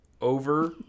over